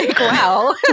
Wow